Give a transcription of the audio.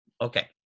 Okay